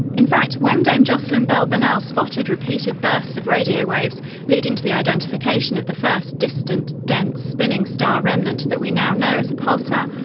in fact, when dame jocelyn bell but burnell spotted repeated bursts of radio waves leading to the identification of the first distant, dense, spinning star remnants that we now know as a pulsar,